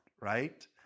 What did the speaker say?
right